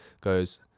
goes